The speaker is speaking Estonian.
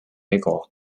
ego